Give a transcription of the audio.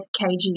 kg